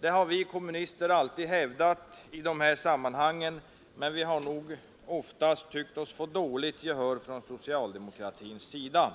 Detta har vi kommunister alltid hävdat i de här sammanhangen, men vi har nog oftast tyckt oss få dåligt gehör från socialdemokratisk sida.